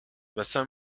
bassin